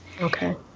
Okay